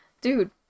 dude